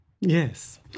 Yes